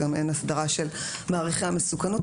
וגם אין הסדרה של מעריכי המסוכנות,